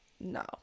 No